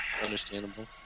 understandable